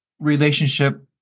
relationship